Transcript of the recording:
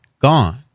gone